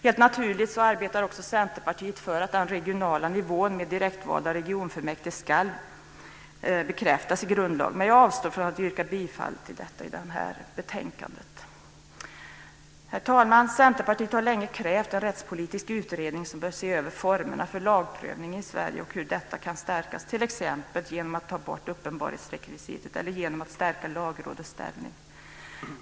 Helt naturligt arbetar Centerpartiet också för att den regionala nivån med direktvalda regionfullmäktige ska bekräftas i grundlag, men jag avstår från att yrka bifall till denna reservation i det här betänkandet. Herr talman! Centerpartiet har länge krävt en rättspolitisk utredning som bör se över formerna för lagprövning i Sverige och hur dessa kan stärkas, t.ex. genom att ta bort uppenbarhetsrekvisitet eller genom att stärka Lagrådets ställning.